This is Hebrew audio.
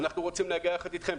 אנחנו רוצים להגיע יחד איתכם.